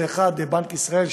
האחד זה בנק ישראל,